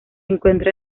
encuentra